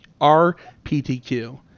RPTQ